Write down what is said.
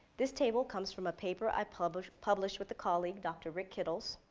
this table comes from a paper i published published with a colleague dr. rick kittles,